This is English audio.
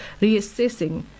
reassessing